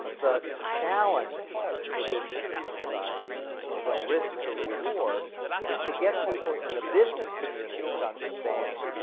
the challenge for business in society from risk to reward is to get people in the business community to understand,